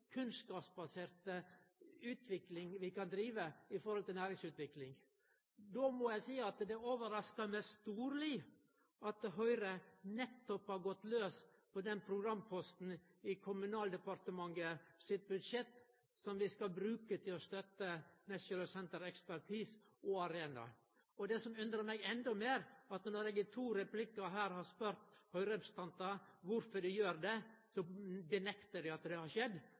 kunnskapsbaserte utvikling vi kan drive når det gjeld næringsutvikling. Då må eg seie at det overraskar meg storleg at Høgre nettopp har gått laus på den programposten i Kommunaldepartementet sitt budsjett som vi skal bruke til å støtte Norwegian Centres of Expertise og Arena. Det som undrar meg endå meir, er at når eg i to replikkar her har spurt Høgre-representantar kvifor dei gjer det, nektar dei for at det har skjedd.